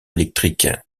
électriques